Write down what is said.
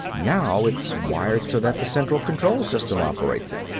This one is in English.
now it's wired so that the central control system operates it.